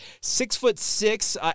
Six-foot-six